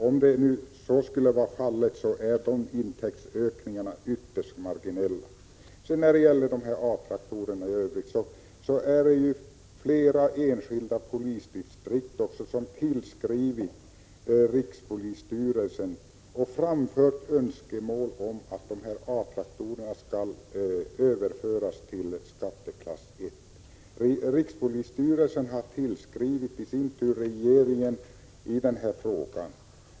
Om så skulle vara fallet är de intäktsökningarna ytterst marginella. Beträffande A-traktorerna i övrigt: Flera enskilda polisdistrikt har skrivit till rikspolisstyrelsen och framfört önskemål om att A-traktorerna skall överföras till skatteklass I. Rikspolisstyrelsen har i sin tur skrivit till regeringen i den här frågan.